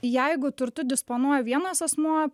jeigu turtu disponuoja vienas asmuo